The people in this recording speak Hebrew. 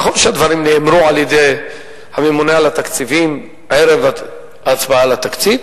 נכון שהדברים נאמרו על-ידי הממונה על התקציבים ערב ההצבעה על התקציב,